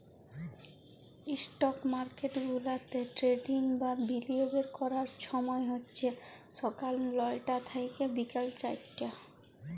stock market গুলাতে trading বা বিলিয়গের ক্যরার ছময় হছে ছকাল লটা থ্যাইকে বিকাল চারটা